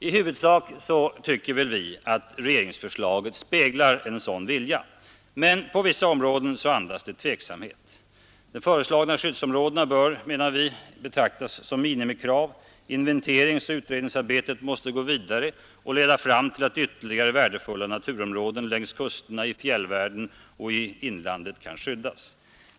I huvudsak tycker vi väl att regeringsförslaget speglar en sådan vilja, men på vissa områden andas det tveksamhet. De föreslagna skyddsområdena bör, menar vi, betraktas som minimikrav. Inventeringsoch utredningsarbetet måste gå vidare och leda fram till att ytterligare värdefulla naturområden längs kusterna i fjällvärlden och i inlandet kan skyddas.